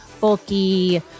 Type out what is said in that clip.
bulky